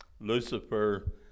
Lucifer